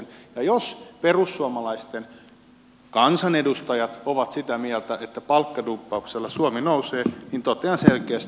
ja jos perussuomalaisten kansanedustajat ovat sitä mieltä että palkkadumppauksella suomi nousee niin totean selkeästi